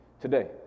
today